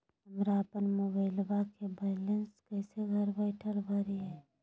हमरा अपन मोबाइलबा के बैलेंस कैसे घर बैठल भरिए?